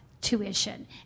tuition